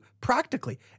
practically